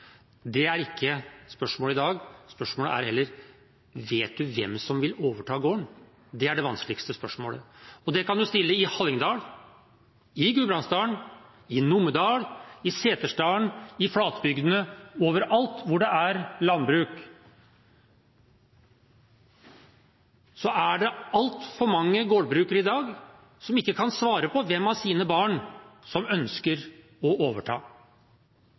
Det er ikke spørsmålet i dag – spørsmålet er heller: Vet du hvem som vil overta gården? Det er det vanskeligste spørsmålet. Og det kan man stille i Hallingdal, i Gudbrandsdalen, i Numedal, i Setesdal og på flatbygdene; overalt hvor det er landbruk, er det altfor mange gårdbrukere i dag som ikke kan svare på hvem av deres barn som ønsker å overta.